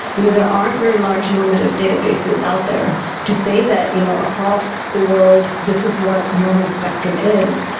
you know there aren't very large normative databases out there to say that you know across the world this is what normal spectrum is.